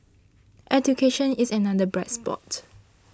education is another bright spot